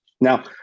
now